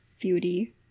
Beauty